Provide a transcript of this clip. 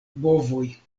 bovoj